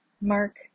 Mark